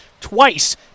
twice